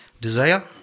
desire